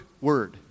word